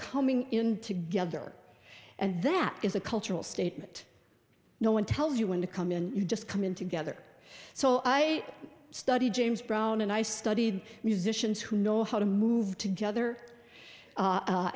coming together and that is a cultural statement no one tells you when to come in you just come in together so i study james brown and i studied musicians who know how to move together